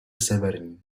severní